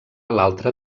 l’altra